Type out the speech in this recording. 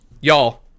y'all